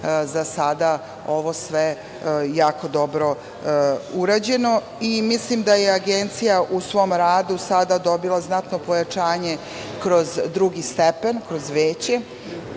za sada ovo sve jako dobro uređeno. Mislim da je Agencija u svom radu sada dobila znatno pojačanje kroz drugi stepen, kroz veće,